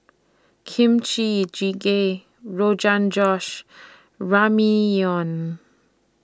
Kimchi Jjigae Rogan Josh and Ramyeon